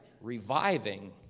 reviving